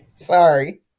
Sorry